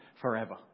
forever